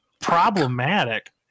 problematic